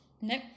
No